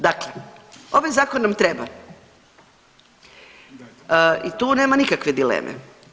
Dakle, ovaj zakon nam treba i tu nema nikakve dileme.